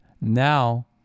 now